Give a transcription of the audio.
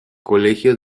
colegio